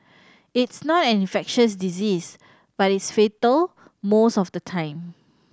it's not an infectious disease but it's fatal most of the time